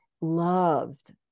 loved